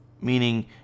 Meaning